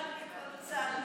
אחד מכל צד בינתיים.